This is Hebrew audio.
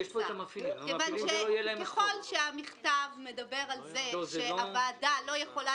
ככל שהמכתב מדבר על זה שהוועדה לא יכולה